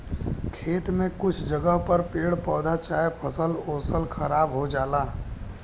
खेत में कुछ जगह पर पेड़ पौधा चाहे फसल ओसल खराब हो जाला